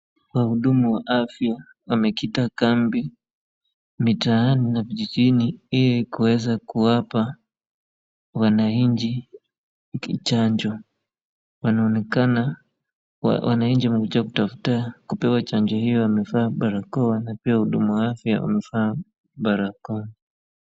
Wahudumu wa afya wamekita kambi mitaani na vijijini ili kuweza kuwapa wananchi chanjo. Wanaonekana wananchi wamekuja kutafuta kupewa chanjo hiyo wamevaa barakoa na huduma wafya wamevaa barakoa.